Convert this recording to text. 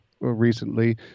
recently